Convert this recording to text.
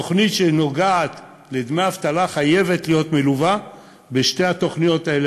תוכנית שנוגעת לדמי אבטלה חייבת להיות מלווה בשתי התוכניות האלה,